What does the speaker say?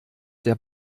der